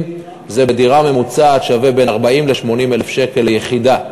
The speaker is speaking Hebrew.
בדירה ממוצעת זה שווה בין 40,000 ל-80,000 שקל ליחידה.